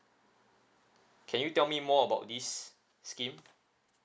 can you tell me more about this scheme